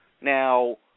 Now